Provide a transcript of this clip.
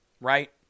right